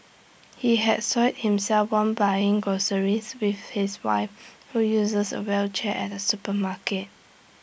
he had soiled himself while buying groceries with his wife who uses A wheelchair at A supermarket